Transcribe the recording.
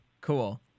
cool